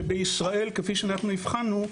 שבישראל, כפי שהבחנו,